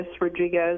Rodriguez